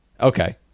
Okay